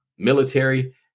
Military